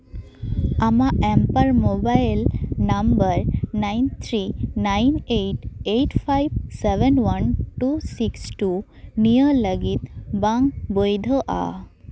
ᱟᱢᱟᱜ ᱮᱢᱯᱟᱨ mobile number nine three nine eight eight five seven one two six two ᱱᱤᱭᱟᱹ ᱞᱟᱹᱜᱤᱫ ᱵᱟᱝ ᱵᱳᱭᱫᱷᱳᱜᱼᱟ